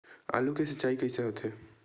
आलू के सिंचाई कइसे होथे?